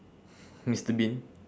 mister bean